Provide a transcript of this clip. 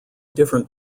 different